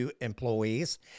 employees